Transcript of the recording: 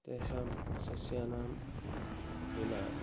तेषां सस्यानां विना